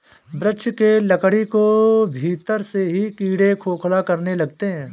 वृक्ष के लकड़ी को भीतर से ही कीड़े खोखला करने लगते हैं